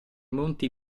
monti